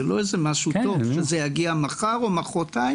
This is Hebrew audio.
זה לא איזה משהו טוב שיגיע מחר או מחרתיים,